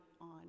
on